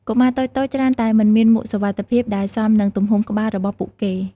កុមារតូចៗច្រើនតែមិនមានមួកសុវត្ថិភាពដែលសមនឹងទំហំក្បាលរបស់ពួកគេ។